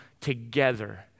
together